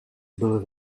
byl